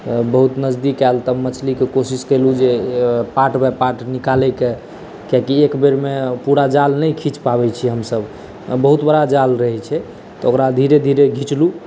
बहुत नजदीक आएल तब मछलीके कोशिश केलहुँ जे पार्ट बाइ पार्ट निकालैके कियाकि एकबेरमे पूरा जाल नहि खीँचि पाबै छिए हमसब बहुत बड़ा जाल रहै छै तऽ ओकरा धीरे धीरे घिचलहुँ